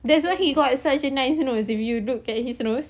that's why he got such a nice nose if you look at his nose